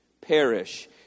perish